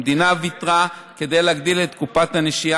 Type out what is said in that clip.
המדינה ויתרה כדי להגדיל את קופת הנשייה,